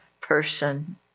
person